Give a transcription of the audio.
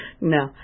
No